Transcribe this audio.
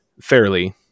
fairly